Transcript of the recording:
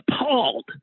appalled